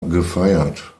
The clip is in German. gefeiert